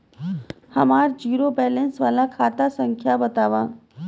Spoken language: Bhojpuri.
हमार जीरो बैलेस वाला खाता संख्या वतावा?